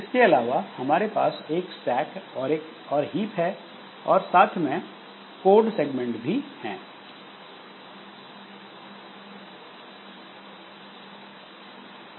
इसके अलावा हमारे पास एक स्टैक और हीप है और साथ में एक कोड सेगमेंट भी है